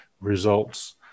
results